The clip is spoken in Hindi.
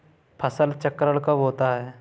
फसल चक्रण कब होता है?